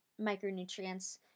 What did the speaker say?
micronutrients